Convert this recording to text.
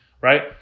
right